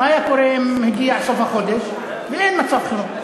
מה היה קורה אם הגיע סוף החודש, ואין מצב חירום?